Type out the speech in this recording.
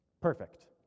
Perfect